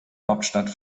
hauptstadt